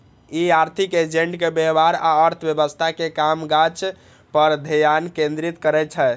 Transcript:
ई आर्थिक एजेंट के व्यवहार आ अर्थव्यवस्था के कामकाज पर ध्यान केंद्रित करै छै